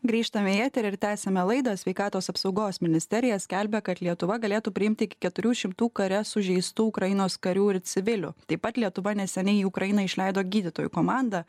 grįžtame į eterį ir tęsiame laidą sveikatos apsaugos ministerija skelbia kad lietuva galėtų priimti iki keturių šimtų kare sužeistų ukrainos karių ir civilių taip pat lietuva neseniai į ukrainą išleido gydytojų komandą